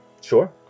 Sure